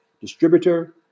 distributor